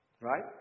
Right